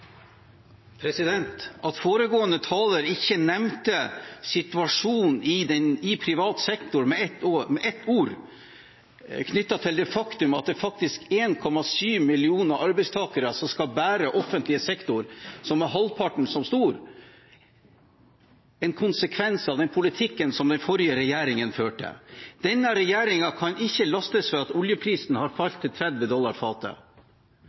ikke situasjonen i privat sektor med ett ord, knyttet til det faktum at det faktisk er 1,7 millioner arbeidstakere som skal bære offentlig sektor, som er halvparten så stor – en konsekvens av den politikken som den forrige regjeringen førte. Denne regjeringen kan ikke lastes for at oljeprisen har falt til 30 dollar